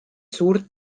suurt